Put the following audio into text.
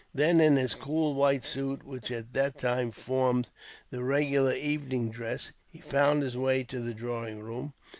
then in his cool white suit, which at that time formed the regular evening dress, he found his way to the drawing room.